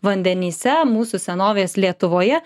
vandenyse mūsų senovės lietuvoje